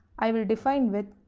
i will define width,